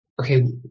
okay